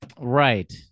Right